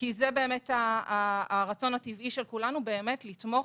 כי זה באמת הרצון הטבעי של כולנו באמת לתמוך